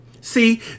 See